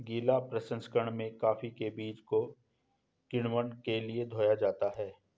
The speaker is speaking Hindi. गीला प्रसंकरण में कॉफी के बीज को किण्वन के लिए धोया जाता है